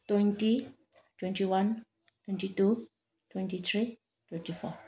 twenty twenty one twenty two twenty three twenty four